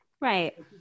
right